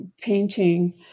painting